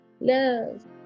Love